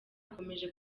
akomeje